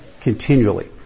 continually